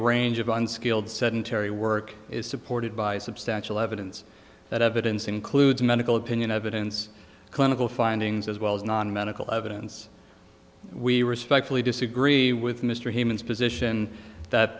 range of unskilled sedentary work is supported by substantial evidence that evidence includes medical opinion evidence clinical findings as well as non medical evidence we respectfully disagree with mr hemans position that